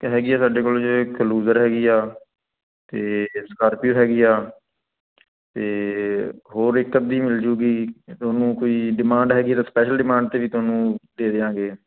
ਇੱਕ ਹੈਗੀ ਸਾਡੇ ਕੋਲ ਜੇ ਇੱਕ ਲੂਜਰ ਹੈਗੀ ਆ ਅਤੇ ਇੱਕ ਸਕਾਰਪਿਓ ਹੈਗੀ ਆ ਅਤੇ ਹੋਰ ਇੱਕ ਅੱਧੀ ਮਿਲ ਜੂਗੀ ਤੁਹਾਨੂੰ ਕੋਈ ਡਿਮਾਂਡ ਹੈਗੀ ਤਾਂ ਸਪੈਸ਼ਲ ਡਿਮਾਂਡ 'ਤੇ ਵੀ ਤੁਹਾਨੂੰ ਦੇ ਦਿਆਂਗੇ